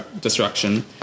destruction